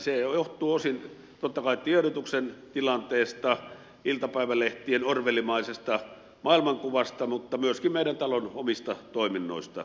se johtuu osin totta kai tiedotuksen tilanteesta iltapäivälehtien orwellimaisesta maailmankuvasta mutta myöskin meidän talon omista toiminnoista